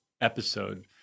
episode